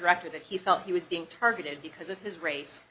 that he felt he was being targeted because of his race